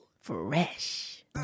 fresh